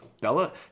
Bella